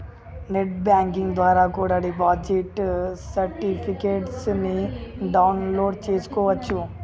net banking ద్వారా కూడా deposit certificates ని డౌన్ లోడ్ చేస్కోవచ్చు